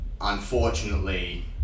Unfortunately